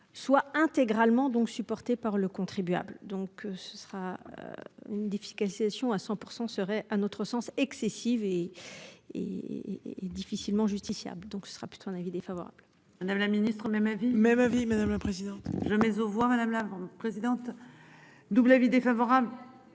soit intégralement donc je suppose. Par le contribuable. Donc ce sera. Une défiscalisation à 100% serait un autre sens excessive et. Et et difficilement justifiables. Donc ce sera plutôt un avis défavorable. Madame la ministre, même. Même avis madame la présidente. Je mets aux voix, madame la présidente. Double avis défavorable.